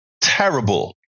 terrible